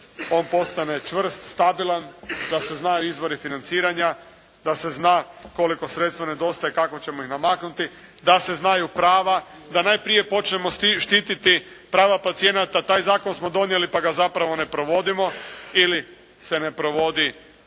on postane čvrst, stabilan, da se zna izvori financiranja, da se zna koliko sredstva nedostaje, kako ćemo ih namaknuti, da se znaju prava, da najprije počnemo štititi prava pacijenata, taj Zakon smo donijeli pa ga zapravo ne provodimo ili se ne provodi